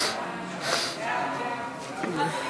סעיפים